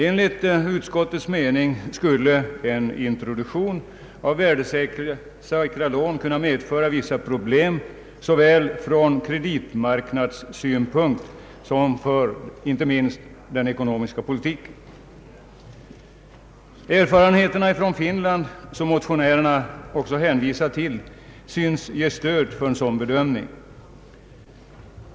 Enligt utskottets mening skulle en introduktion av värdesäkra lån kunna medföra vissa problem såväl från kreditmarknadssynpunkt som för inte minst den ekonomiska politiken. Erfarenheterna från Finland, som motionärerna också hänvisat till, synes ge stöd för en sådan bedömning.